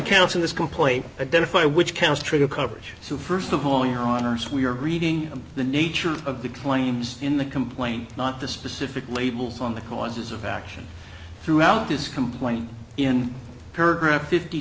counts in this complaint at their fire which counts trigger coverage so first of all your honors we're reading the nature of the claims in the complaint not the specific labels on the causes of action throughout this complaint in paragraph fifty